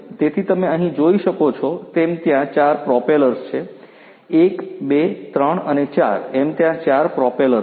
તેથી તમે અહીં જોઈ શકો છો તેમ ત્યાં 4 પ્રોપેલર્સ છે 1 2 3 અને 4 એમ ત્યાં 4 પ્રોપેલર્સ છે